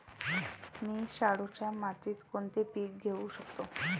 मी शाडूच्या मातीत कोणते पीक घेवू शकतो?